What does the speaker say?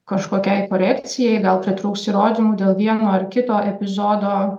kažkokiai korekcijai gal pritrūks įrodymų dėl vieno ar kito epizodo